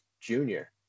junior